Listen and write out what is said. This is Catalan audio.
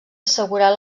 assegurar